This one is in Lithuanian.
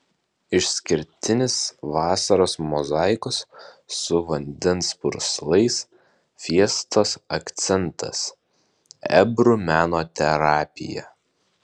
išskirtinis vasaros mozaikos su vandens purslais fiestos akcentas ebru meno terapija